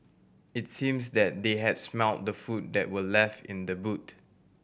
it's seems that they had smelt the food that were left in the boot